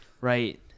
right